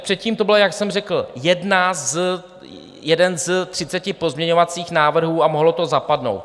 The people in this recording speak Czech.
Předtím to byl, jak jsem řekl, jeden z třiceti pozměňovacích návrhů a mohlo to zapadnout.